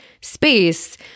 space